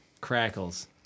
Crackles